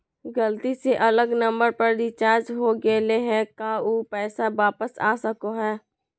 गलती से अलग नंबर पर रिचार्ज हो गेलै है का ऊ पैसा वापस आ सको है?